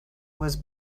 was